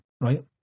right